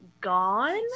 gone